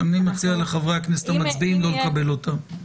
אני מציע לחברי הכנסת המצביעים לא לקבל אותה.